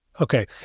Okay